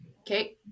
Okay